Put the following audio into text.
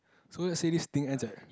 so let's say this thing ends at